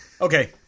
Okay